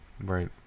Right